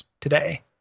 Today